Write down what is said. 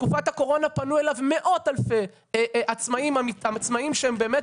בתקופת הקורונה פנו אליו מאות אלפי עצמאים שהם באמת